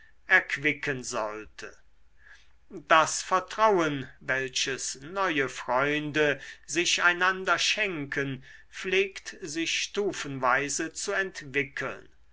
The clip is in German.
erquicken sollte das vertrauen welches neue freunde sich einander schenken pflegt sich stufenweise zu entwickeln